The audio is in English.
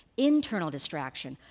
internal distraction,